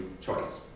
choice